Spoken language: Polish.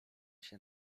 się